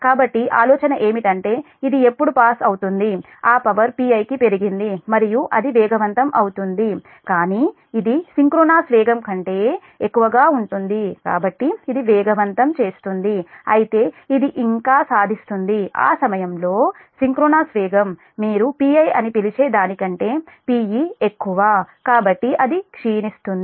కాబట్టి ఆలోచన ఏమిటంటే ఇది ఎప్పుడు పాస్ అవుతుంది ఆ పవర్ Pi కి పెరిగింది మరియు అది వేగవంతం అవుతుంది కానీ ఇది సింక్రోనస్ వేగం కంటే ఎక్కువగా ఉంటుంది కాబట్టి ఇది వేగవంతం చేస్తుంది అయితే ఇది ఇంకా సాధిస్తుంది ఆ సమయంలో సింక్రోనస్ వేగం మీరు Pi అని పిలిచే దానికంటే Pe ఎక్కువ కాబట్టి అది క్షీణిస్తుంది